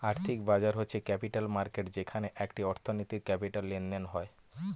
আর্থিক বাজার হচ্ছে ক্যাপিটাল মার্কেট যেখানে একটি অর্থনীতির ক্যাপিটাল লেনদেন হয়